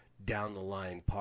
down-the-line